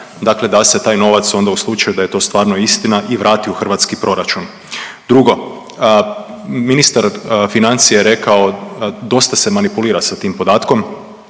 dakle da se taj novac onda u slučaju da je to stvarno istina i vrati u hrvatski proračun. Drugo, ministar financija je rekao, dosta se manipulira sa tim podatkom